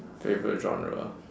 favourite genre